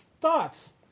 thoughts